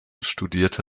studierte